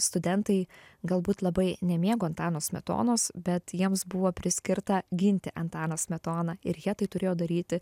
studentai galbūt labai nemėgo antano smetonos bet jiems buvo priskirta ginti antaną smetoną ir jie tai turėjo daryti